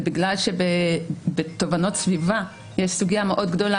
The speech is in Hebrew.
ובגלל שבתובענות סביבה יש סוגיה מאוד גדולה